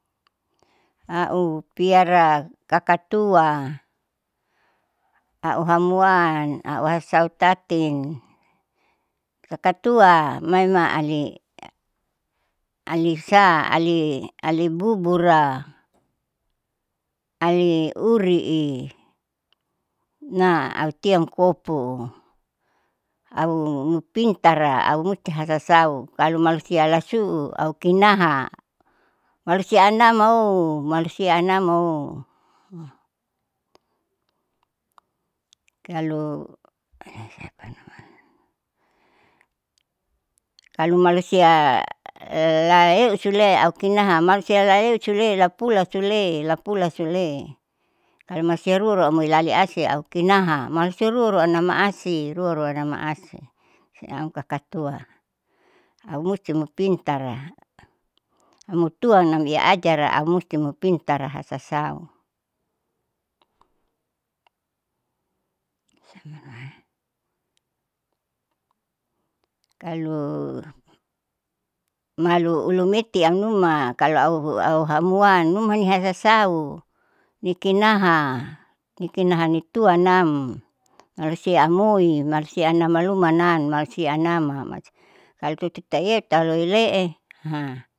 Au piara kaka tua au hamuan au hasasau tatin, kaka tua maimaali alisa ali alibubura ali uri'i na ausiam kopo, aupintara au musti hasasau kalo malusia lasu'u kinaha malusia anamaoo malusia anamaoo. kalo kalo malusia laeu esule au kinaha malusia laeusule lapula sole lapula sole. Kalo malusiaru amoi laliasi aukinaha malusia anama asi ruruanama asi siam kaka tua aumusti mu pintara aumutuanamiya ajara aumusti mupintara hasasau. kalo malu mati amnuma kalo auhamuan numa nihasasau nikinaha, nikinaha nituanam malusia amoi, malusia anama lumanam malusia anama. Kalo tutu taiewa tauloile'e.